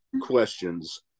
questions